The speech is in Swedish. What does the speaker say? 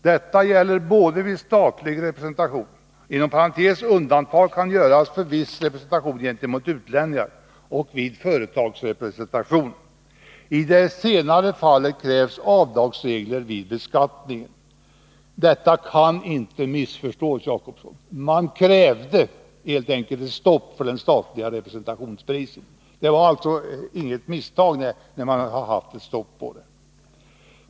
Detta gäller både vid statlig representation och vid företagsrepresentation. I det senare fallet krävs ändrade avdragsregler vid beskattningen.” Detta kan inte missförstås, Egon Jacobsson. Man krävde helt enkelt ett stopp för den statliga representationsspriten. Det var inget misstag när man ville ha ett stopp för den.